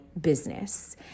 business